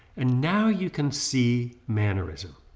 and now you can see mannerism.